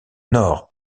nord